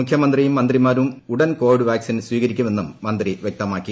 മുഖ്യമന്ത്രിയും മന്ത്രിമാരും ഉടൻ കൊവിഡ് വാക്സിൻ സ്വീകരിക്കുമെന്നും മന്ത്രി വ്യക്തമാക്കി